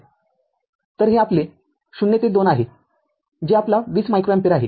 तर हे आपले ० ते २ आहे जे आपला २० मायक्रोअँपिअर आहे